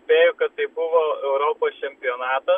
spėju kad tai buvo europos čempionatas